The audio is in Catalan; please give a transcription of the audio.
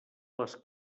les